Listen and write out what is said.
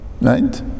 right